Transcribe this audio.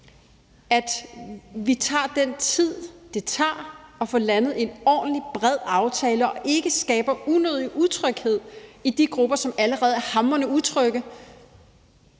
at vi tager os den tid, det tager at få landet en ordentlig og bred aftale, og at vi ikke skaber en unødig utryghed i de grupper, som allerede er hamrende utrygge.